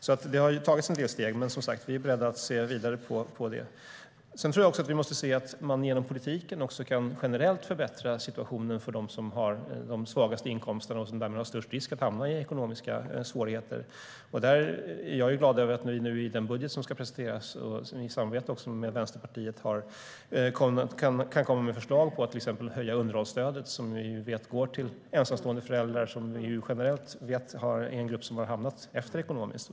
Det har alltså tagits en del steg, men vi är som sagt beredda att se vidare på det. Jag tror också att vi måste se att man genom politiken generellt kan förbättra situationen för dem som har de svagaste inkomsterna och därmed har störst risk att hamna i ekonomiska svårigheter. Jag är glad över att vi i den budget som ska presenteras i samarbete med Vänsterpartiet kan komma med förslag att till exempel höja underhållsstödet, som vi vet går till ensamstående föräldrar, som vi vet är en grupp som har hamnat efter ekonomiskt.